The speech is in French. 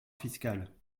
fiscal